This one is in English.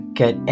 get